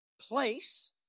place